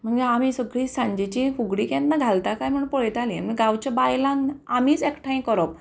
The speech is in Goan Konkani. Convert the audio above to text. मागीर आमी सगळीं सांजेची फुगडी केन्ना घालता कांय म्हण पळयतालीं म्हण गांवच्या बायलांक आमीच एकठांय करप